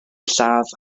lladd